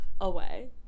away